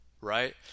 right